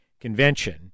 convention